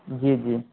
جی جی